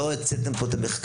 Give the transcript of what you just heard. לא הוצאתם פה את המחקרים,